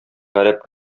гарәп